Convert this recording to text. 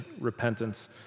repentance